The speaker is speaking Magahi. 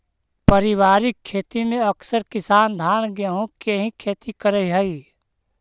पारिवारिक खेती में अकसर किसान धान गेहूँ के ही खेती करऽ हइ